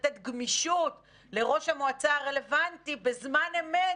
לתת גמישות לראש המועצה הרלוונטי בזמן אמת